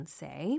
say